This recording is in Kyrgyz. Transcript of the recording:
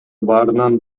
баарынан